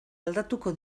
aldatuko